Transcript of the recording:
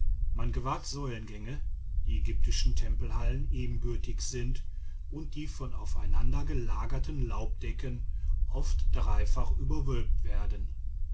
man gewahrt säulengänge die ägyptischen tempelhallen ebenbürtig sind und die von aufeinander gelagerten laubdecken oft dreifach überwölbt werden